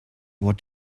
what